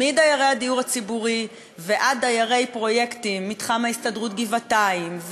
מדיירי הדיור הציבורי ועד דיירי הפרויקטים מתחם ההסתדרות בגבעתיים,